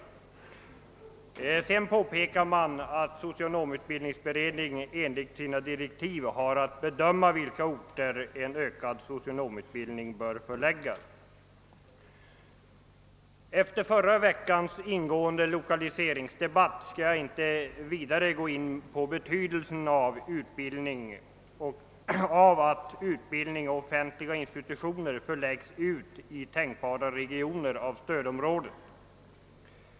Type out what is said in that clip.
Vidare framhåller utskottet att socionomutbildningsberedningen enligt sina direktiv har att bedöma till vilka orter en ökad socionomutbildning bör förläggas. Efter förra veckans ingående lokaliseringsdebatt skall jag inte vidare gå in på betydelsen av att utbildning och offentliga institutioner förläggs till tänkbara regioner av stödområdet.